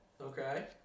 Okay